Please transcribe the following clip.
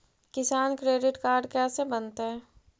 किसान credit card कैसे बनतै?